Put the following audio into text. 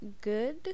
good